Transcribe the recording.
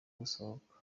gusohoka